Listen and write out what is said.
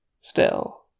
Still